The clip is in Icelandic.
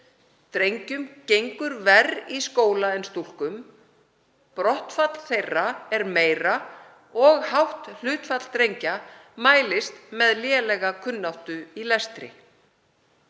Drengjum gengur verr í skóla en stúlkum, brottfall þeirra er meira og hátt hlutfall drengja mælist með lélega kunnáttu í lestri.